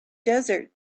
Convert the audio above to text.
desert